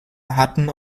hatten